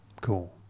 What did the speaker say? Cool